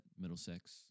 Middlesex